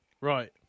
Right